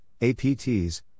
APTs